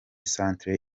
centre